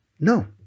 no